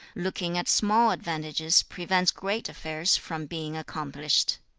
looking at small advantages prevents great affairs from being accomplished